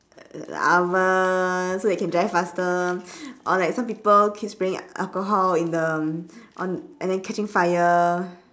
oven so they can dry faster or like some people keeps playing alcohol in the on and then catching fire